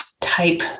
type